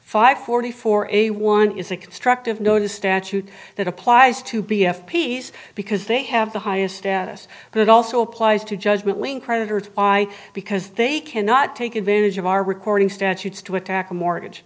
five forty four a one is a constructive notice statute that applies to b f peace because they have the highest status but it also applies to judgment when creditors by because they cannot take advantage of our recording statutes to attack a mortgage